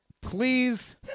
please